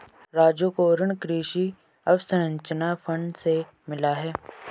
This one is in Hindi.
राजू को ऋण कृषि अवसंरचना फंड से मिला है